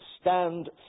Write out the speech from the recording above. stand